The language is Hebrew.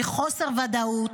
מחוסר ודאות,